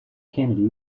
kennedy